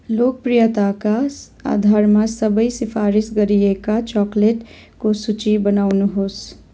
लोकप्रियताका आधारमा सबै सिफारिस गरिएका चक्लेटको सूची बनाउनुहोस्